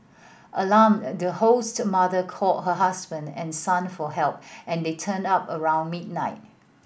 alarmed the host's mother called her husband and son for help and they turned up around midnight